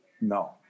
No